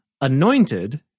anointed